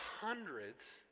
hundreds